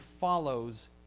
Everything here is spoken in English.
follows